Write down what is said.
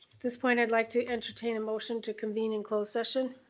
this point, i'd like to entertain a motion to convene in closed session.